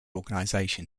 organization